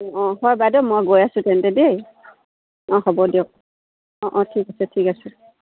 অঁ হয় বাইদউ মই গৈ আছোঁ তেন্তে দেই অঁ হ'ব দিয়ক অঁ অঁ ঠিক আছে ঠিক আছে